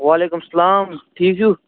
وعلیکُم سَلام ٹھیٖک چھُو